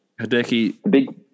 Hideki